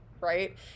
right